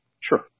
Sure